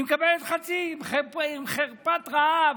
היא מקבלת חצי, עם חרפת רעב,